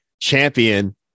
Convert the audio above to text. champion